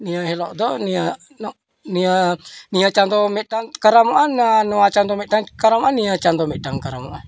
ᱱᱤᱭᱟᱹ ᱦᱤᱞᱳᱜ ᱫᱚ ᱱᱤᱭᱟᱹ ᱱᱤᱭᱟᱹ ᱪᱟᱸᱫᱚ ᱢᱤᱫᱴᱟᱝ ᱠᱟᱨᱟᱢᱚᱜᱼᱟ ᱱᱚᱣᱟ ᱪᱟᱸᱫᱚ ᱢᱤᱫᱴᱟᱝ ᱠᱟᱨᱟᱢᱚᱜᱼᱟ ᱱᱤᱭᱟᱹ ᱪᱟᱸᱫᱚ ᱢᱤᱫᱴᱟᱝ ᱠᱟᱨᱟᱢᱚᱜᱼᱟ